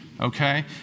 Okay